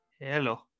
Hello